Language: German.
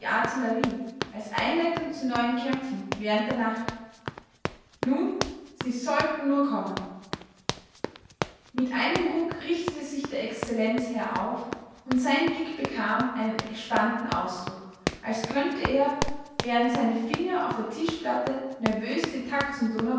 artillerie als einleitung zu neuen kämpfen während der nacht nun sie sollten nur kommen mit einem ruck richtete sich der excellenzherr auf und sein blick bekam einen gespannten ausdruck als könnte er während seine finger auf der tischplatte nervös den takt zum